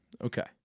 Okay